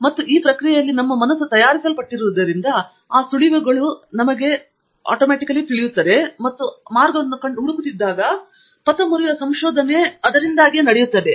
ಮತ್ತು ಈ ಪ್ರಕ್ರಿಯೆಯಲ್ಲಿ ಸೆರೆಂಡಿಪೈಟಿ ಅಥವಾ ನಮ್ಮ ಮನಸ್ಸು ತಯಾರಿಸಲ್ಪಟ್ಟಿರುವುದರಿಂದ ನಾವು ಸುಳಿವುಗಳು ಮತ್ತು ನಂತರ ಮಾರ್ಗವನ್ನು ಹುಡುಕುತ್ತಿದ್ದಾಗ ಪಥ ಮುರಿಯುವ ಸಂಶೋಧನೆ ಬ್ರೇಕಿಂಗ್ ರಿಸರ್ಚ್ ನಡೆಯುತ್ತದೆ